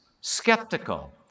skeptical